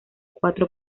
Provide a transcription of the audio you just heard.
cuatro